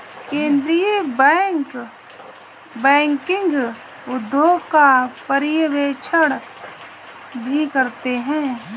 केन्द्रीय bank banking उद्योग का पर्यवेक्षण भी करते हैं